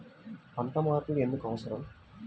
పంట మార్పిడి ఎందుకు అవసరం?